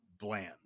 bland